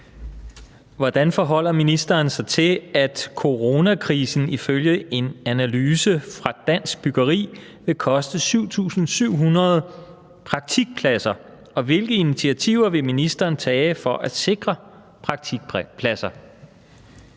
Hvordan forholder ministeren sig til, at coronakrisen ifølge en analyse fra Dansk Byggeri vil koste 7.700 praktikpladser, og hvilke initiativer vil ministeren tage for at sikre praktikpladser?